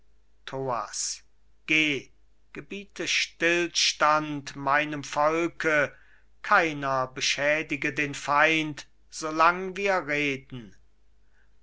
gebiete stillstand meinem volke keiner beschädige den feind so lang wir reden